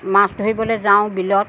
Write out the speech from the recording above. মাছ ধৰিবলৈ যাওঁ বিলত